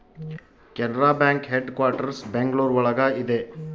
Canara bank headquarters Bengaluru ಒಳಗ ಇದೆ